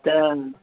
तऽ